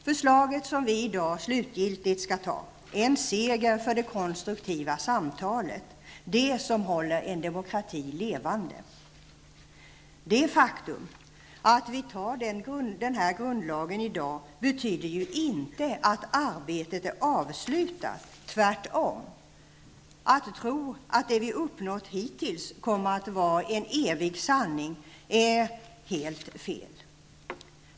Förslaget som vi i dag slutgiltigt skall anta är en seger för det konstruktiva samtalet, det som håller en demokrati levande. Det faktum att vi antar den här grundlagen i dag betyder ju inte att arbetet är avslutat, tvärtom. Att tro att det vi uppnått hittills kommer att vara en evig sanning är helt fel.